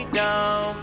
down